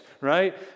right